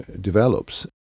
develops